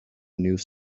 news